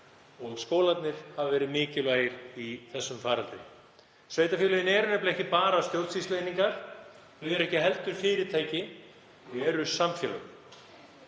og skólarnir hafa verið mikilvægir í þessum faraldri. Sveitarfélögin eru nefnilega ekki bara stjórnsýslueiningar, þau eru ekki heldur fyrirtæki, þau eru samfélög.